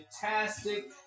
fantastic